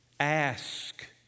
Ask